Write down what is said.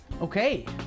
Okay